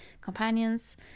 Companions